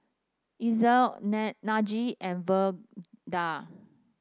Najee and Verda